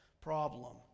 problem